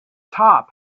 top